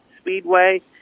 Speedway